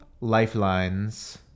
lifelines